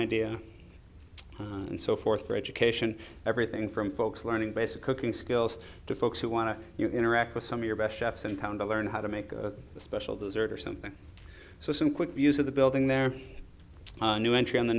idea and so forth for education everything from folks learning basic cooking skills to folks who want to interact with some of your best chefs in town to learn how to make a special those or something so some quick views of the building their new entry on the